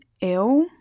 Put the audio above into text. ill